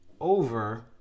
over